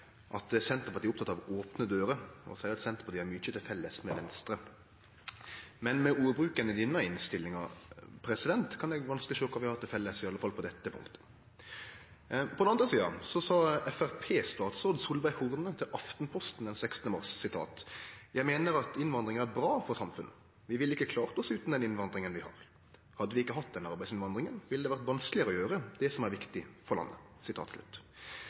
at Senterpartiet er oppteke av opne dører, og at Senterpartiet har mykje til felles med Venstre. Men med ordbruken i denne innstillinga kan eg vanskeleg sjå kva vi har til felles i alle fall på dette punktet. På den andre sida sa Framstegsparti-statsråd Solveig Horne til Aftenposten den 16. mars: «Jeg mener at innvandring er bra for samfunnet. Vi ville ikke klart oss uten den innvandringen vi har. Hadde vi ikke hatt den arbeidsinnvandringen, ville det vært vanskeligere å gjøre det som er viktig for landet.»